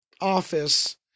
office